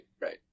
right